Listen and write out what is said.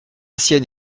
sienne